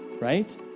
right